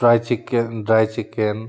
try chicken dry chicken